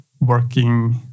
working